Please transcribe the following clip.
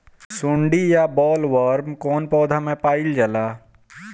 सुंडी या बॉलवर्म कौन पौधा में पाइल जाला?